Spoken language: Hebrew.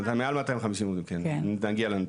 מעל 250 עובדים, כן, נגיע לנתונים.